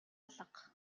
алга